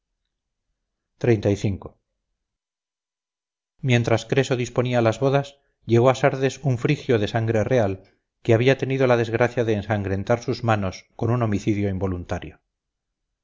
su hijo mientras creso disponía las bodas llegó a sardes un frigio de sangre real que había tenido la desgracia de ensangrentar sus manos con un homicidio involuntario